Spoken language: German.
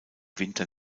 winter